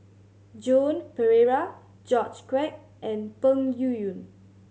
Joan Pereira George Quek and Peng Yuyun